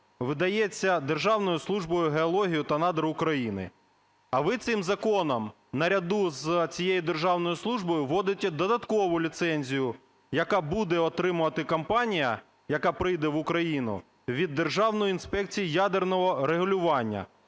видається Державною службовою геології та надр України. А ви цим законом наряду з цією державною службою вводите додаткову ліцензію, яка буде отримувати компанія, яка прийде в Україну від Державної інспекції ядерного регулювання.